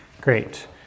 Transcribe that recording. Great